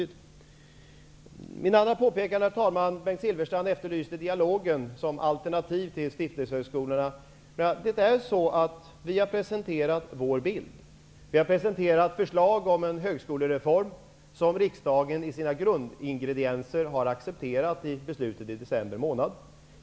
Mitt andra påpekande, herr talman, vill jag göra med anledning av att Bengt Silfverstrand efterlyste dialogen om alternativ till stiftelsehögskolorna. Vi har presenterat vår bild. Vi har lagt fram förslag om en högskolereform, vars grundingredienser riksdagen har accepterat i beslutet i december månad.